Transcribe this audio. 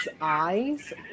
eyes